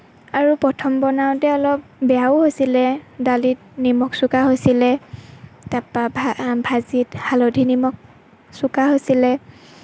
আৰু প্ৰথম বনাওঁতে অলপ বেয়াও হৈছিলে দালিত নিমখ চোকা হৈছিলে তাৰ পৰা ভাজিত হালধি নিমখ চোকা হৈছিলে